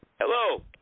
Hello